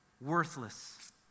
worthless